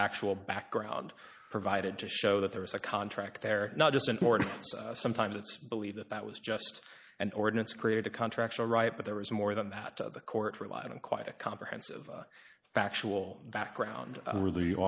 factual background provided to show that there was a contract there not just an order sometimes it's believed that that was just an ordinance created a contract all right but there was more than that to the court relied on quite a comprehensive factual background really